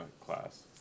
class